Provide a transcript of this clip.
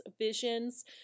visions